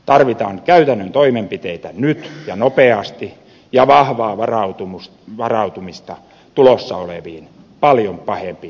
tarvitaan käytännön toimenpiteitä nyt ja nopeasti ja vahvaa varautumista tulossa oleviin paljon pahempiin talouskriiseihin